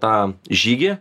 tą žygį